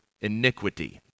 iniquity